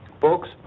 Folks